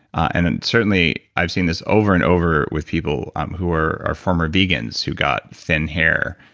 and and certainly, i've seen this over and over with people um who are our former vegans who got thin hair.